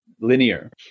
linear